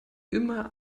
immer